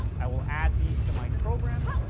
i will add these to my program,